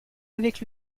avec